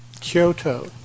Kyoto